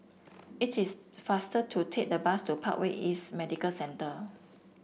it is faster to take the bus to Parkway East Medical Centre